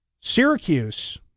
Syracuse